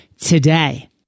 today